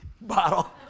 bottle